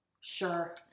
Sure